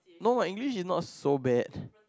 no my English is not so bad